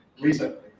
recently